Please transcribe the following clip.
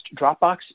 Dropbox